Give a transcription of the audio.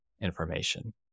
information